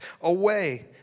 away